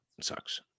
Sucks